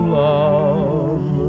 love